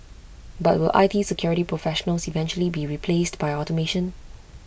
but will I T security professionals eventually be replaced by automation